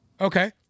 Okay